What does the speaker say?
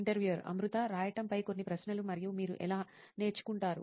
interviewer Amrita రాయటం పై కొన్ని ప్రశ్నలు మరియు మీరు ఎలా నేర్చుకుంటారు